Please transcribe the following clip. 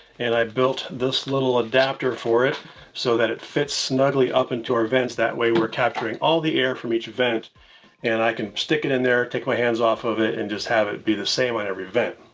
and i built this little adapter for it so that it fits snugly up into our vents. that way, we're capturing all the air from each vent and i can stick it in there, take my hands off of it, and just have it be the same on every event.